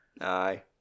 Aye